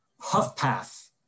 Huffpath